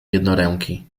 jednoręki